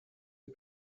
had